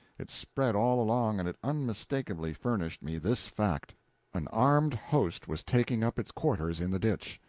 it spread all along, and it unmistakably furnished me this fact an armed host was taking up its quarters in the ditch.